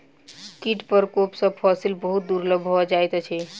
कीट प्रकोप सॅ फसिल बहुत दुर्बल भ जाइत अछि